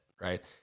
right